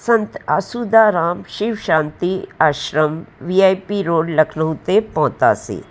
Sant Asudaram Shiv Shanti Ashram V I P road Lucknow ते पहुतासीं